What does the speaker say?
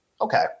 Okay